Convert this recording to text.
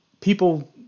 people